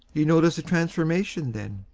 you notice the transformation, then?